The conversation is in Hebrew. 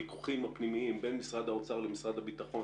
בין משרד האוצר למשרד הביטחון